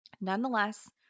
Nonetheless